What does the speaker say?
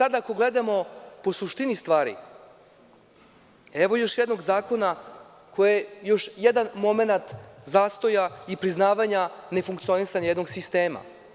Ako gledamo po suštini stvari, evo još jednog zakona koji je još jedan momenat zastoja i priznavanja nefunkcionisanja jednog sistema.